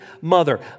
mother